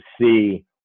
see